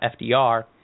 FDR